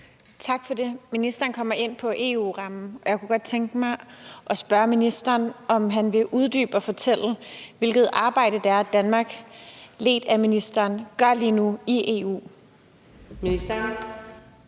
Tak for det. Ministeren kommer ind på EU-rammen, og jeg kunne godt tænke mig at spørge ministeren, om han vil uddybe og fortælle, hvilket arbejde Danmark ledt af ministeren gør lige nu i EU.